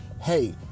hey